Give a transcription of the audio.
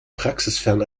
praxisfern